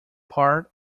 part